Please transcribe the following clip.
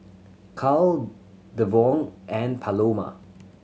Carl Devaughn and Paloma